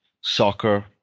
soccer